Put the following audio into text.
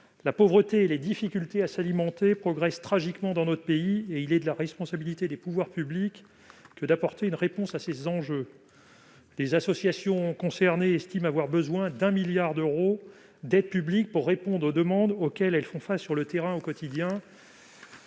La pauvreté et les difficultés à s'alimenter progressent tragiquement dans notre pays. Il est de la responsabilité des pouvoirs publics d'apporter une réponse à ces questions. Les associations concernées estiment avoir besoin d'un milliard d'euros d'aides publiques pour répondre aux demandes, auxquelles elles font face sur le terrain au quotidien.